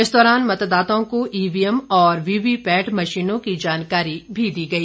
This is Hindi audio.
इस दौरान मतदाताओं को ईवीएम और वीवीपैट मशीनों की जानकारी भी दी गई